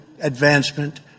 advancement